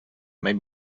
may